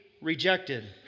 rejected